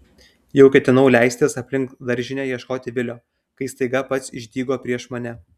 jau ketinau leistis aplink daržinę ieškoti vilio kai staiga pats išdygo prieš mane